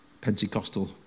Pentecostal